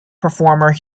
performer